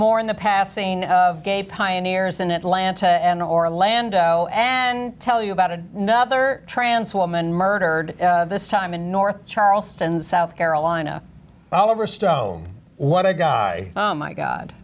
mourn the passing of gay pioneers in atlanta and orlando and tell you about a nother trans woman murdered this time in north charleston south carolina all over stone what i go oh my god